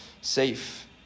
safe